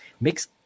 mix